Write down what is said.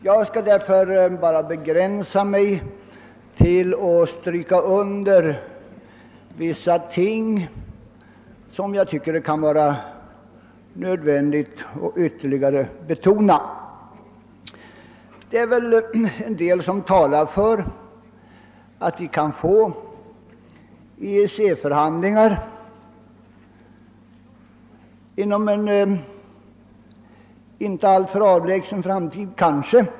Jag skall därför bara begränsa mig till att stryka under vissa saker, som jag tycker det kan vara anledning att ytterligare betona. Det är väl en del som talar för att vi kanske kan få EEC förhandlingar inom en inte alltför avlägsen framtid.